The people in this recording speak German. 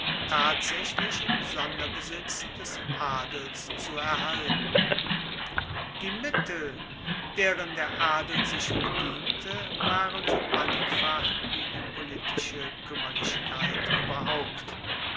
tatsaechlich im sonderbesitz des adels zu erhalten die mittel deren der adel sich bediente waren so mannigfach wie die politische kuemmerlichkeit ueberhaupt